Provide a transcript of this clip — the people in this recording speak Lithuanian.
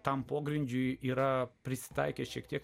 tam pogrindžiui yra prisitaikę šiek tiek